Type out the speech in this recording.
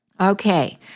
Okay